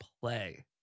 play